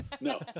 No